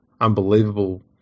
unbelievable